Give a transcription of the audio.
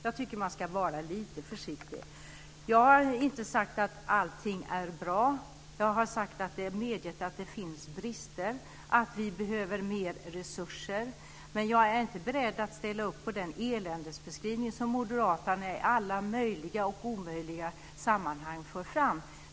Jag tycker att man ska vara lite försiktig. Jag har inte sagt att allting är bra. Jag har medgett att det finns brister, att vi behöver mer resurser. Men jag är inte beredd att ställa mig bakom den eländesbeskrivning som Moderaterna i alla möjliga och omöjliga sammanhang för fram.